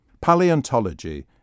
Paleontology